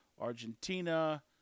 Argentina